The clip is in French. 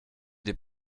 des